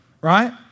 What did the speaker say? right